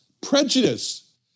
Prejudice